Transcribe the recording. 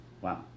Wow